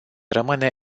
rămâne